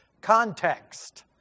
context